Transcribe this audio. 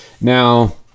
Now